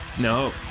No